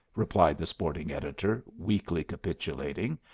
replied the sporting editor, weakly capitulating.